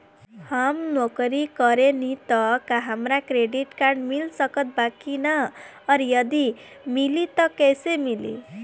हम नौकरी करेनी त का हमरा क्रेडिट कार्ड मिल सकत बा की न और यदि मिली त कैसे मिली?